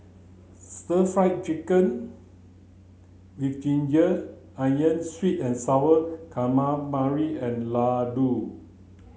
stir fry chicken with ginger onions sweet and sour calamari and Laddu